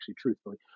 truthfully